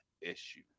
issue